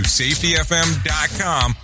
safetyfm.com